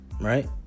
right